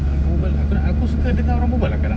kau berbual aku nak aku suka dengar orang berbual lah sekarang